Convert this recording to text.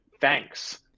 Thanks